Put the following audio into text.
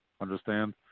understand